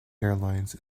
airlines